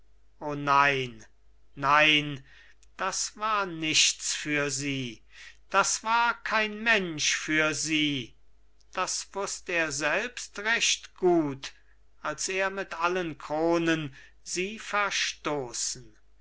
o nein nein das war nichts für sie das war kein mensch für sie das wußt er selbst recht gut als er mit allen kronen sie verstoßen